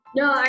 no